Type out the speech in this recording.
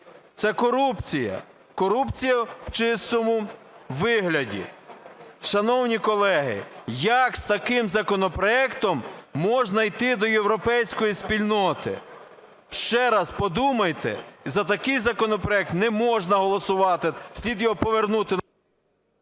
Це корупція – корупція в чистому вигляді. Шановні колеги, як з таким законопроектом можна йти до європейської спільноти? Ще раз подумайте, і за такий законопроект не можна голосувати, слід його повернути…